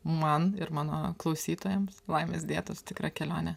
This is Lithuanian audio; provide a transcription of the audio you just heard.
man ir mano klausytojams laimės dietos tikrą kelionę